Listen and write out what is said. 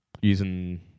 using